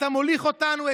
אתה מוליך אותנו,